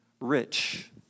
Rich